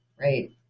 right